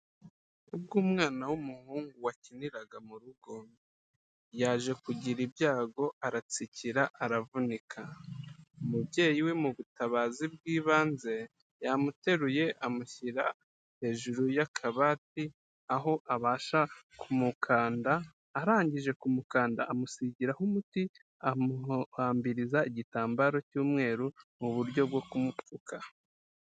Ubwo umwana w'umuhungu wakiniraga mu rugo, yaje kugira ibyago aratsikira aravunika, umubyeyi we mu butabazi bw'ibanze, yamuteruye amushyira hejuru y'akabati aho abasha kumukanda, arangije kumukanda amusigiraho umuti, amuhambiriza igitambaro cy'umweru mu buryo bwo kumupfuka.